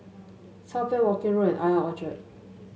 Southbank Woking Road and I O N Orchard